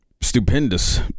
stupendous